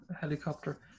helicopter